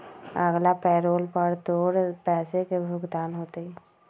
अगला पैरोल पर तोर पैसे के भुगतान होतय